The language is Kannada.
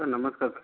ಸರ್ ನಮಸ್ಕಾರ